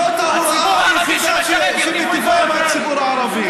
זאת ההוראה שמטיבה עם הציבור הערבי.